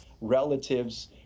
relatives